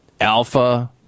Alpha